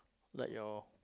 like your